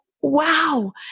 wow